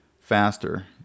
faster